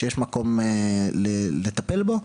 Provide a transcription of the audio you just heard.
שיש מקום לטפל בו,